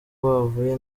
bavuye